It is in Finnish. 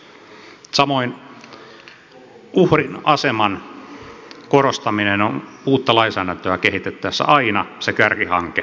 samoin uhrin aseman korostaminen on uutta lainsäädäntöä kehitettäessä aina se kärkihanke